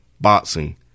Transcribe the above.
boxing